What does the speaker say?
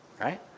Right